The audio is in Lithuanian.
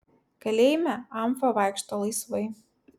kalėjime amfa vaikšto laisvai